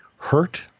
Hurt